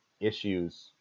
issues